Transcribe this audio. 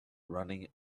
running